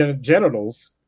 genitals